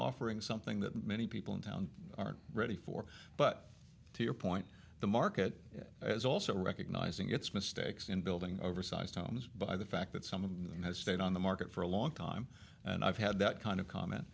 offering something that many people in town are ready for but to your point the market as also recognizing its mistakes in building oversized homes by the fact that some of it has stayed on the market for a long time and i've had that kind of comment